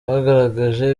bagaragaje